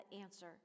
answer